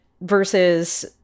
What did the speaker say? versus